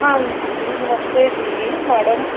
ਹਾਂਜੀ ਨਮਸਤੇ ਜੀ ਮੈਡਮ